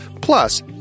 Plus